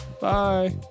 Bye